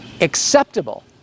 acceptable